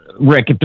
Rick